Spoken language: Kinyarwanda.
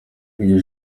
iryo